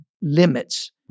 limits